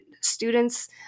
students